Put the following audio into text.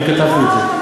אני כתבתי את זה.